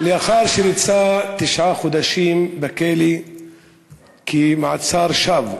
----- לאחר שריצה תשעה חודשים בכלא במאסר שווא,